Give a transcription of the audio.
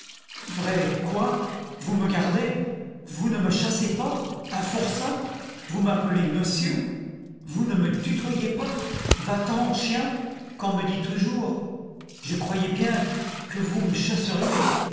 vrai quoi vous me gardez vous ne me chassez pas un forçat vous m'appelez monsieur vous ne me tutoyez pas va-t-en chien qu'on me dit toujours je croyais bien que vous me chasseriez